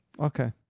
Okay